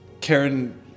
Karen